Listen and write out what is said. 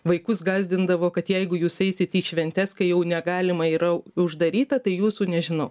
vaikus gąsdindavo kad jeigu jūs eisit į šventes kai jau negalima yra uždaryta tai jūsų nežinau